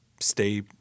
stay